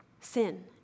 sin